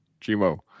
Chimo